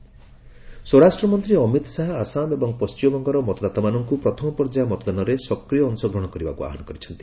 ଅମିତଶାହା ଆସାମ ସ୍ୱରାଷ୍ଟ୍ରମନ୍ତ୍ରୀ ଅମିତ ଶାହା ଆସାମ ଏବଂ ପଶ୍ଚିମବଙ୍ଗର ମତଦାତାମାନଙ୍କୁ ପ୍ରଥମ ପର୍ଯ୍ୟାୟ ମତଦାନରେ ସକ୍ରିୟ ଭାବେ ଅଂଶଗ୍ରହଣ କରିବାକୁ ଆହ୍ପାନ କରିଛନ୍ତି